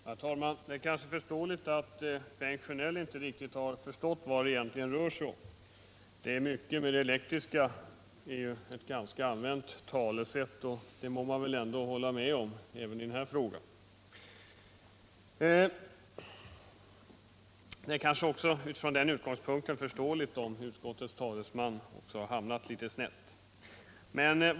Herr talman! Det är kanske förståeligt att Bengt Sjönell inte riktigt har begripit vad det egentligen rör sig om. Det är mycket med det elektriska, lyder ett ganska allmänt talesätt, och det må man väl hålla med om även i den här frågan. Det är kanske utifrån den utgångspunkten också förståeligt om utskottets talesman hamnat litet snett.